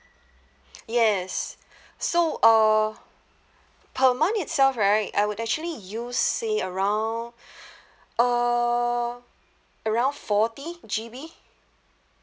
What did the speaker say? yes so uh per month itself right I would actually use say around uh around forty G_B